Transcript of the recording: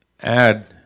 add